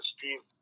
Steve